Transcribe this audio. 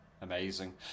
Amazing